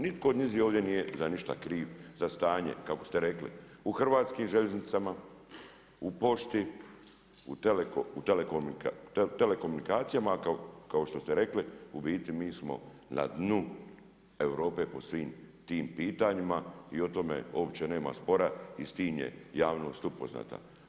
Nitko od njih ovdje nije za ništa kriv, za stanje kako ste rekli u Hrvatskim željeznicama, u pošti, u telekomunikacijama, a kao što ste rekli u biti mi smo na dnu Europe po svim tim pitanjima i o tome uopće nema spora i s time je javnost upoznata.